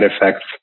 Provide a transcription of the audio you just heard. effects